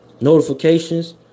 notifications